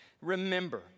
Remember